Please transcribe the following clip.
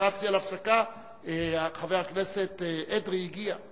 הכרזתי על הפסקה, חבר הכנסת אדרי הגיע.